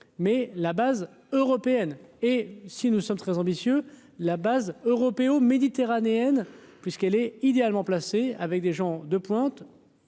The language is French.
mais la base européenne et si nous sommes très ambitieux, la base Europe méditerranéenne, puisqu'elle est idéalement placé. Avec des gens de pointe,